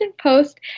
Post